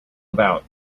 about